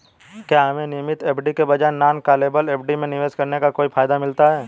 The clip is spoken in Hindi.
क्या हमें नियमित एफ.डी के बजाय नॉन कॉलेबल एफ.डी में निवेश करने का कोई फायदा मिलता है?